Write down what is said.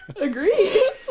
Agree